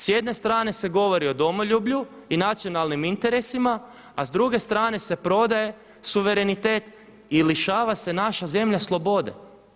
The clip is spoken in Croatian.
S jedne strane se govori o domoljublju i nacionalnim interesima a s druge strane se prodaje suverenitet i lišava se naša zemlja slobode.